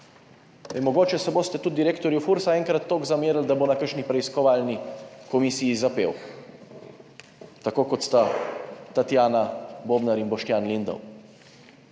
mogoče se boste tudi direktorju Fursa enkrat toliko zamerili, da bo na kakšni preiskovalni komisiji zapel tako kot sta Tatjana Bobnar in Boštjan Lindav.